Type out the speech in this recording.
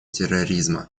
терроризма